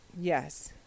Yes